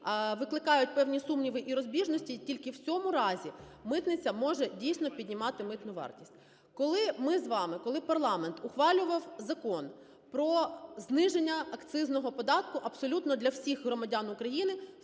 викликають певні сумніви і розбіжності, тільки в цьому разі митниця може дійсно піднімати митну вартість. Коли ми з вами, коли парламент ухвалював закон про зниження акцизного податку абсолютно для всіх громадян України,